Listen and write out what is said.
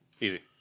Easy